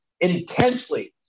intensely